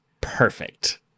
perfect